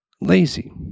lazy